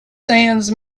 sands